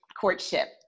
courtship